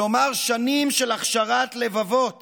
כלומר שנים של הכשרת לבבות